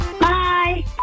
Bye